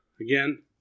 again